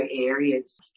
areas